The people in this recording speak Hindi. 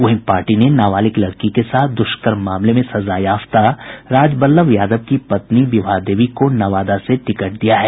वहीं पार्टी ने नाबालिग लड़की के साथ दुष्कर्म मामले में सजायाफ्ता राजबल्लभ यादव की पत्नी विभा देवी को नवादा से टिकट दिया है